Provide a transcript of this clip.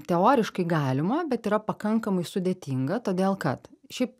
teoriškai galima bet yra pakankamai sudėtinga todėl kad šiaip